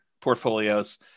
portfolios